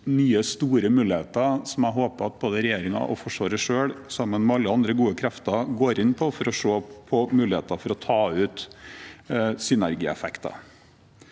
nye, store muligheter som jeg håper at både regjeringen og Forsvaret selv, sammen med alle andre gode krefter, går inn på, for å se på muligheten for å ta ut synergieffekter.